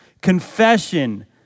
confession